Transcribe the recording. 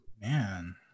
Man